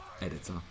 Editor